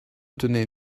tenait